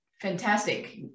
Fantastic